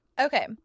Okay